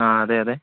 ആ അതെ അതേ